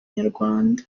inyarwanda